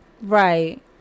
Right